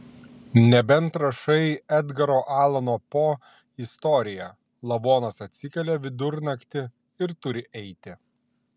nebent rašai edgaro alano po istoriją lavonas atsikelia vidurnaktį ir turi eiti